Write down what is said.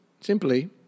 simply